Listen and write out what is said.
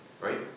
right